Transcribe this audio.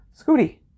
Scooty